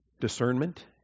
discernment